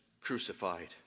crucified